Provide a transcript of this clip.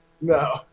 No